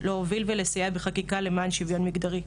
להוביל ולסייע בחקיקה למען שוויון מגדרי,